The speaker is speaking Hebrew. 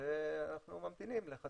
לאוצר ואנחנו ממתינים לחתימת האוצר.